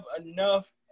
enough